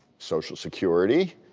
social security,